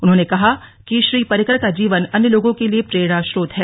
उन्होंने कहा कि श्री पर्रिकर का जीवन अन्य लोगों के लिए प्रेरणास्रोत है